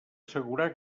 assegurar